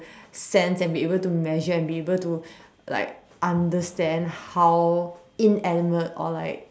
sense and be able to measure and be able to like understand how inanimate or like